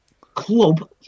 club